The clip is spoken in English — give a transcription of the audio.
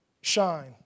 shine